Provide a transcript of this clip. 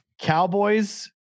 Cowboys